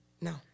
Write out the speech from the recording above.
No